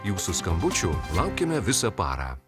jūsų skambučių laukiame visą parą